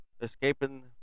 Escaping